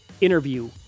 interview